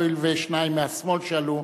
הואיל ושניים מהשמאל שאלו,